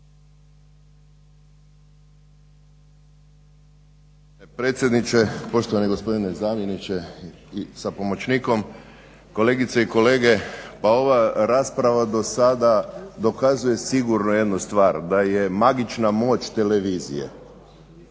predsjedniče, poštovani gospodine zamjeniče sa pomoćnikom, kolegice i kolege. Pa ova rasprava do sada dokazuje sigurno jednu stvar, da je magična moć televizije.